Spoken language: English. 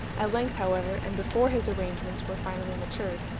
at length, however, and before his arrangements were finally matured,